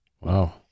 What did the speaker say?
wow